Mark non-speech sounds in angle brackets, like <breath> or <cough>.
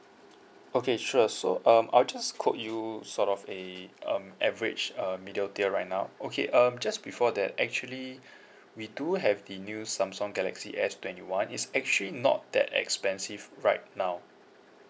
okay sure so um I'll just quote you sort of a um average uh middle tier right now okay um just before that actually <breath> we do have the new samsung galaxy S twenty one it's actually not that expensive right now